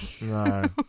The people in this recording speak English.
No